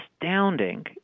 astounding